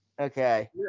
Okay